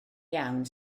iawn